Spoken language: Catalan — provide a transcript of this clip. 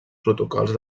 protocols